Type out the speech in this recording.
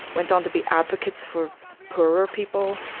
went on to be advocates for poorer people.